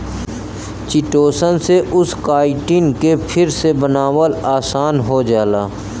chitosan से उस chitin के फिर से बनावल आसान हो जाला